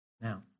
Now